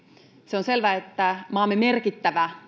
se on selvä että maamme merkittävä